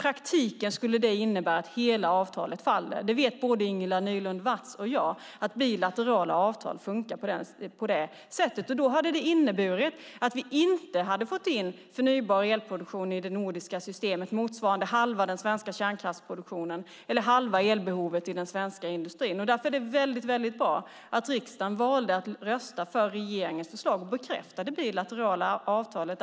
I praktiken skulle det innebära att hela avtalet skulle falla. Både Ingela Nylund Watz och jag vet att bilaterala avtal fungerar på det sättet. Det hade inneburit att vi inte hade fått in förnybar elproduktion i det nordiska systemet motsvarande halva svenska kärnkraftsproduktionen eller halva elbehovet inom svensk industri. Därför är det väldigt bra att riksdagen valde att rösta för regeringens förslag och att bekräfta det bilaterala avtalet.